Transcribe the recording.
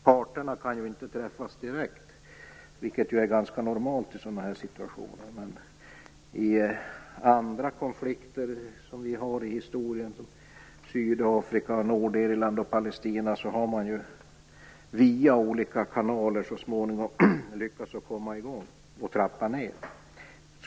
Parterna kan ju inte träffas direkt, vilket är ganska normalt i sådana här situationer. Men i andra historiska konflikter - Sydafrika, Nordirland och Palestina - har man via olika kanaler så småningom lyckats komma i gång och trappa ned.